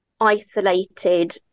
isolated